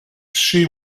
she